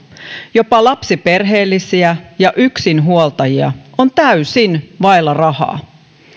jopa lapsiperheellisiä ja yksinhuoltajia on täysin vailla rahaa